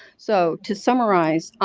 so, to summarize,